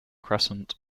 crescent